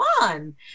one